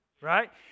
right